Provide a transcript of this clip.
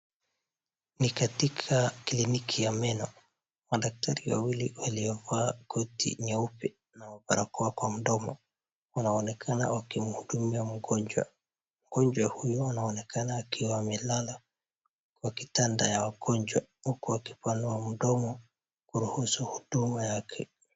Ni katika kliniki ya meno madaktari wawili waliovaa koti nyeupe na barakoa kwa mdomo wanaonekana wakimhudumia mgonjwa mgonjwa huyu anaonekana akiwa amelala kwa kitanda ya wagonjwa huku akipanua mdomo kuruhusu huduma yake.